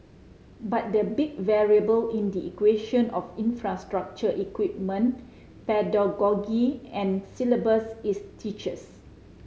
but the big variable in the equation of infrastructure equipment pedagogy and syllabus is teachers